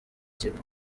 kigo